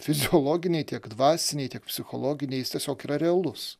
fiziologiniai tiek dvasiniai tiek psichologiniai jis tiesiog yra realus